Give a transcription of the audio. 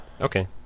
Okay